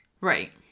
right